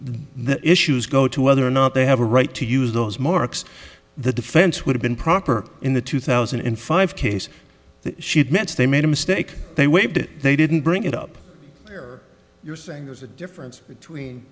the issues go to whether or not they have a right to use those marks the defense would have been proper in the two thousand and five case she admits they made a mistake they waived it they didn't bring it up here you're saying there's a difference between